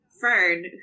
Fern